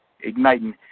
igniting